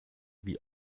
wie